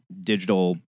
digital